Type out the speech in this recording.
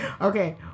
Okay